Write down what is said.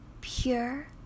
pure